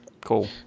cool